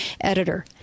editor